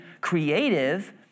creative